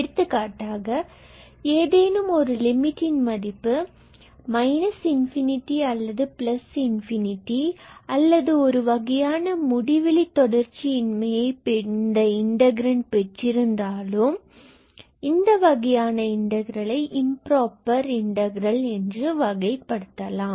எடுத்துக்காட்டாக ஏதேனும் ஒரு லிமிட் இன் மதிப்பு −∞ or ∞ அல்லது ஒரு வகையான முடிவில் தொடர்ச்சியின்மையை இன்டகிரண்ட் பெற்றிருந்தாலோ இந்த வகையான இன்டகிரல்லை இம்புரோபர் இன்டகிரல் என வகைப்படுத்தலாம்